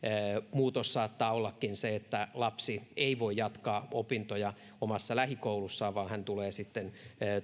muutos saattaa ollakin se että lapsi ei voi jatkaa opintoja omassa lähikoulussaan vaan hän tulee sitten